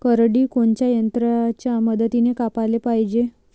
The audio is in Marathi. करडी कोनच्या यंत्राच्या मदतीनं कापाले पायजे?